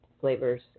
flavors